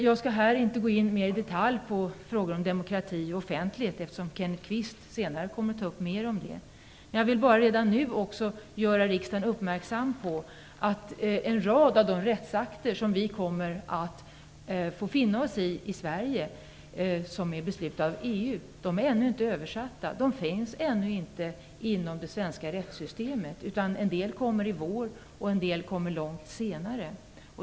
Jag skall inte gå in mer i detalj på frågorna om demokrati och offentlighet, eftersom Kenneth Kvist senare kommer att ta upp dem. Jag vill bara nu göra riksdagen uppmärksam på att en rad av de rättsakter som är beslutade av EU och som vi i Sverige kommer att få finna oss i ännu inte är översatta; de finns ännu inte inom det svenska rättssystemet. En del kommer i vår, och en del kommer långt senare.